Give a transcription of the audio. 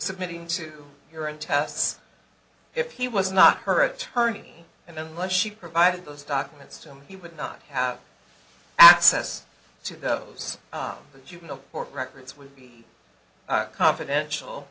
submitting to urine tests if he was not her attorney and unless she provided those documents to him he would not have access to those juvenile court records would be confidential